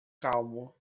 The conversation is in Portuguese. calmo